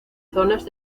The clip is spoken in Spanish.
zonas